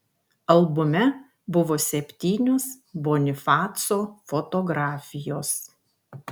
albume buvo septynios bonifaco fotografijos